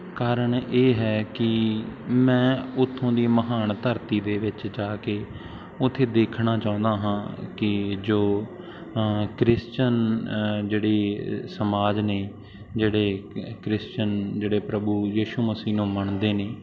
ਕਾਰਨ ਇਹ ਹੈ ਕਿ ਮੈਂ ਉੱਥੋਂ ਦੀ ਮਹਾਨ ਧਰਤੀ ਦੇ ਵਿੱਚ ਜਾ ਕੇ ਉੱਥੇ ਦੇਖਣਾ ਚਾਹੁੰਦਾ ਹਾਂ ਕਿ ਜੋ ਕ੍ਰਿਸਚਨ ਜਿਹੜੀ ਸਮਾਜ ਨੇ ਜਿਹੜੇ ਕ੍ਰਿਸਚਨ ਜਿਹੜੇ ਪ੍ਰਭੂ ਯਿਸ਼ੂ ਮਸੀਹ ਨੂੰ ਮੰਨਦੇ ਨੇ